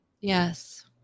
Yes